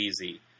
easy